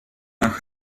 nach